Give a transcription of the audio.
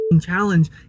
challenge